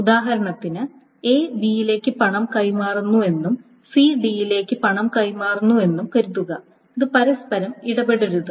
ഉദാഹരണത്തിന് A B യിലേക്ക് പണം കൈമാറുന്നുവെന്നും C D ലേക്ക് പണം കൈമാറുന്നുവെന്നും കരുതുക ഇത് പരസ്പരം ഇടപെടരുത്